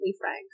frank